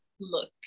look